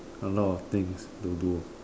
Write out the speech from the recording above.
a lot things to do